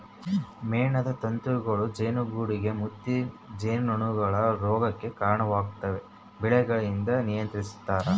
ಮೇಣದ ಪತಂಗಗಳೂ ಜೇನುಗೂಡುಗೆ ಮುತ್ತಿ ಜೇನುನೊಣಗಳ ರೋಗಕ್ಕೆ ಕರಣವಾಗ್ತವೆ ಬೆಳೆಗಳಿಂದ ನಿಯಂತ್ರಿಸ್ತರ